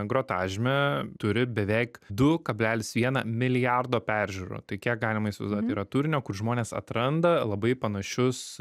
grotažymė turi beveik du kablelis vieną milijardo peržiūrų tai kiek galima įsivaizduot yra turinio kur žmonės atranda labai panašius